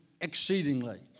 exceedingly